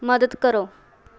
ਮਦਦ ਕਰੋ